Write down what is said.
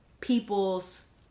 people's